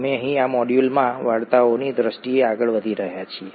અમે અહીં આ મોડ્યુલમાં વાર્તાઓની દ્રષ્ટિએ આગળ વધી રહ્યા છીએ